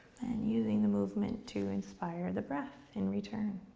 and using the movement to inspire the breath, in return.